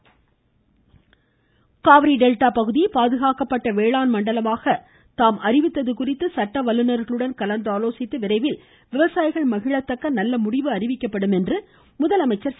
முதலமைச்சர் காவிரி காவிரி டெல்டா பகுதியை பாதுகாக்கப்பட்ட வேளாண் மண்டலமாக தாம் அறிவித்தது குறித்து சட்ட வல்லுநர்களுடன் கலந்து ஆலோசித்து விரைவில் விவசாயிகள் மகிழத்தகக நல்ல முடிவை அறிவிக்கப்படும் என்று முதலமைச்சர் திரு